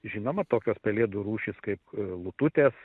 žinoma tokios pelėdų rūšys kaip a lututės